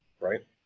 right